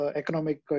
economic